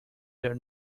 their